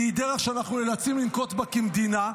היא דרך שאנחנו נאלצים לנקוט כמדינה,